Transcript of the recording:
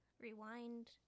rewind